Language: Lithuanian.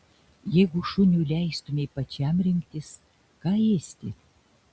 jeigu šuniui leistumei pačiam rinktis ką ėsti